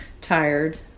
tired